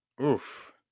Oof